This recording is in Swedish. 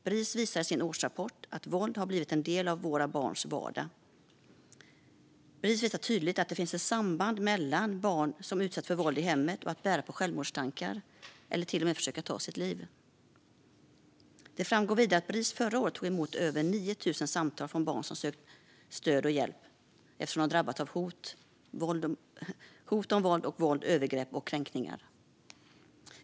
Bris visar i sin årsrapport att våld har blivit en del av våra barns vardag. Bris visar tydligt att det finns ett samband mellan att som barn utsättas för våld i hemmet och att bära på självmordstankar eller till och med försöka ta sitt liv. Det framgår vidare att Bris förra året tog emot över 9 000 samtal från barn som sökt stöd och hjälp eftersom de drabbats av hot om våld, våld, övergrepp och kränkningar.